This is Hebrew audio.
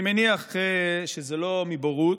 אני מניח שזה לא מבורות,